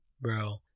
bro